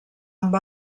amb